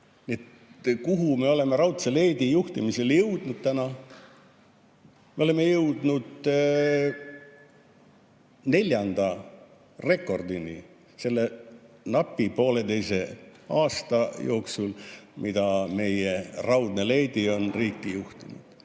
Kuhu me oleme raudse leedi juhtimisel jõudnud täna? Me oleme jõudnud neljanda rekordini selle napi pooleteise aasta jooksul, mil meie raudne leedi on riiki juhtinud.